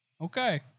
Okay